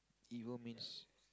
evil means